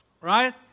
right